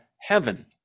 heaven